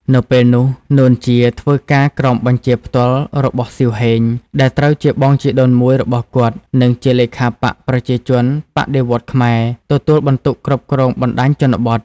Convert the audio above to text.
នៅពេលនោះ នួន ជា ធ្វើការក្រោមបញ្ជាផ្ទាល់របស់ សៀវ ហេង ដែលត្រូវជាបងជីដូនមួយរបស់គាត់ និងជាលេខាបក្សប្រជាជនបដិវត្តន៍ខ្មែរ ទទួលបន្ទុកគ្រប់គ្រងបណ្តាញជនបទ។